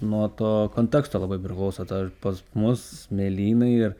nuo to konteksto labai priklauso dar pas mus mėlynai ir